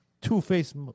Two-faced